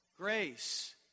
grace